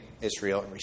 Israel